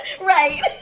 Right